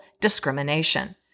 discrimination